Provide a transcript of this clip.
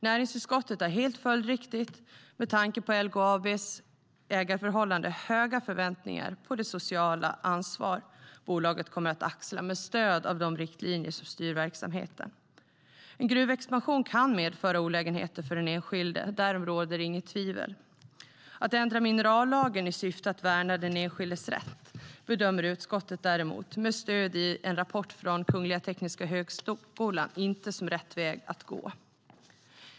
Näringsutskottet har helt följdriktigt med tanke på LKAB:s ägarförhållande höga förväntningar på det sociala ansvar bolaget kommer att axla med stöd av de riktlinjer som styr verksamheten. En gruvexpansion kan medföra olägenheter för den enskilde, därom råder inget tvivel. Att ändra minerallagen i syfte att värna den enskildes rätt bedömer utskottet däremot, med stöd i en rapport från Kungliga Tekniska högskolan, inte som rätt väg att gå.